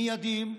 מיידיים,